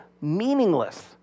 meaningless